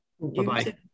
Bye-bye